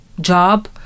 job